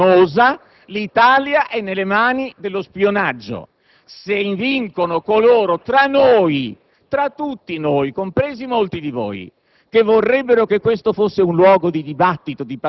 ora stanno facendo questa *claque* penosa, l'Italia è nelle mani dello spionaggio; se vincono coloro, tra tutti noi, compresi molti di voi,